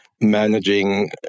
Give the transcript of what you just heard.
managing